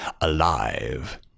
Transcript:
alive